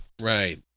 Right